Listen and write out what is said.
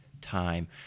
time